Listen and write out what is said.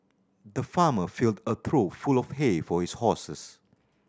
the farmer filled a trough full of hay for his horses